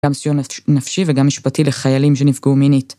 גם סיוע נפשי וגם משפטי לחיילים שנפגעו מינית.